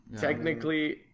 Technically